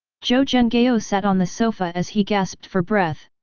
zhou zhenghao sat on the sofa as he gasped for breath.